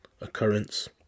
occurrence